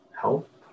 help